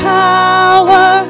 power